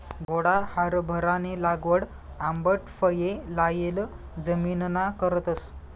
घोडा हारभरानी लागवड आंबट फये लायेल जमिनना करतस